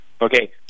Okay